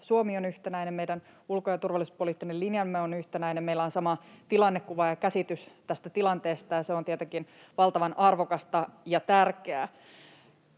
Suomi on yhtenäinen, meidän ulko- ja turvallisuuspoliittinen linjamme on yhtenäinen, meillä on sama tilannekuva ja käsitys tästä tilanteesta, ja se on tietenkin valtavan arvokasta ja tärkeää.